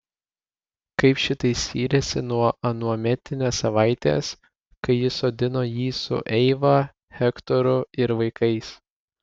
kaip šitai skyrėsi nuo anuometinės savaitės kai jis sodino jį su eiva hektoru ir vaikais